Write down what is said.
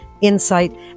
insight